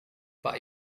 pak